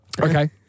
Okay